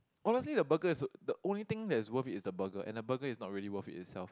honestly the burger is the only thing that's worth it is the burger and the burger is not really worth it itself